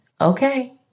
Okay